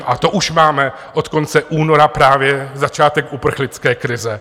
A to už máme od konce února právě začátek uprchlické krize.